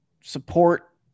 support